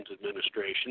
Administration